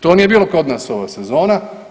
To nije bilo kod nas ova sezona.